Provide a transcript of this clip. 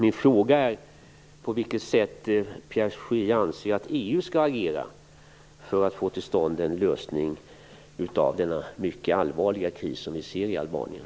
Min fråga är: På vilket sätt anser Pierre Schori att EU skall agera för att få till stånd en lösning av den mycket allvarliga kris som vi ser i Albanien?